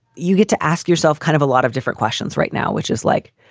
you get to ask yourself kind of a lot of different questions right now, which is like,